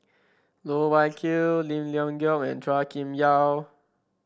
Loh Wai Kiew Lim Leong Geok and Chua Kim Yeow